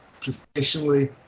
professionally